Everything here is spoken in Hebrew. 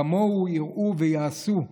כמוהו יראו ויעשו.